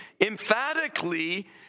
emphatically